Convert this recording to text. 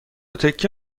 تکه